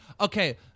Okay